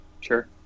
sure